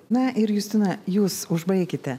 na ir justina jūs užbaikite